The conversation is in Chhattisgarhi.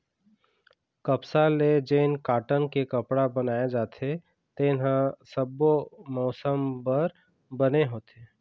कपसा ले जेन कॉटन के कपड़ा बनाए जाथे तेन ह सब्बो मउसम बर बने होथे